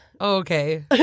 Okay